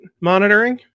monitoring